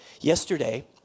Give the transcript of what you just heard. Yesterday